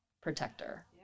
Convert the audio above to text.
protector